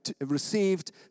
received